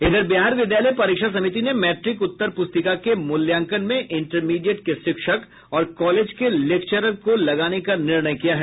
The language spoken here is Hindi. इधर बिहार विद्यालय परीक्षा समिति ने मैट्रिक उत्तर प्रस्तिका के मूल्यांकन में इंटरमीडिएट के शिक्षक और कॉलेज के लेक्चरर को लगाने का निर्णय किया है